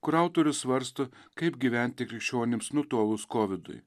kur autorius svarsto kaip gyventi krikščionims nutolus kovidui